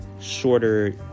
shorter